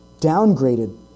downgraded